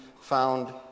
found